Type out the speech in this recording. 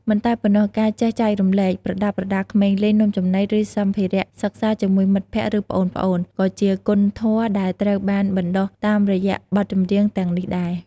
មិនតែប៉ុណ្ណោះ ការចេះចែករំលែក ប្រដាប់ប្រដាក្មេងលេង នំចំណី ឬសម្ភារៈសិក្សាជាមួយមិត្តភក្តិ ឬប្អូនៗ ក៏ជាគុណធម៌ដែលត្រូវបានបណ្ដុះតាមរយៈបទចម្រៀងទាំងនេះដែរ។